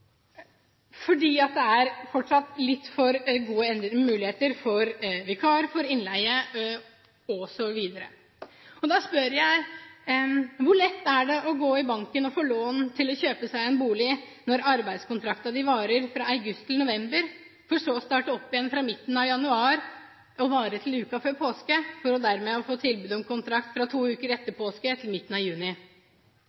er fortsatt litt for gode muligheter for vikarer, for innleie, osv. Da spør jeg: Hvor lett er det å gå i banken og få lån til å kjøpe seg en bolig når arbeidskontrakten din varer fra august til november, for så å starte opp igjen fra midten av januar og vare til uka før påske, for deretter å få tilbud om kontrakt fra to uker etter